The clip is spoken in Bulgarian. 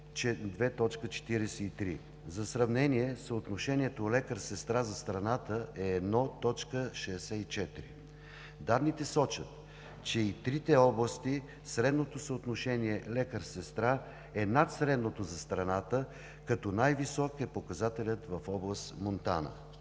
2,43. За сравнение: съотношението лекар – сестра за страната е 1,64. Данните сочат, че и в трите области средното съотношение лекар – сестра е над средното за страната, като най-висок е показателят в област Монтана.